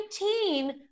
19